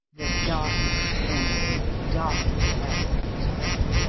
the darkest corner that darkest hell contained.